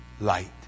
light